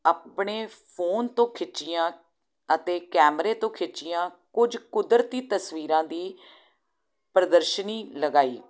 ਆਪਣੇ ਫੋਨ ਤੋਂ ਖਿੱਚੀਆਂ ਅਤੇ ਕੈਮਰੇ ਤੋਂ ਖਿੱਚੀਆਂ ਕੁਝ ਕੁਦਰਤੀ ਤਸਵੀਰਾਂ ਦੀ ਪ੍ਰਦਰਸ਼ਨੀ ਲਗਾਈ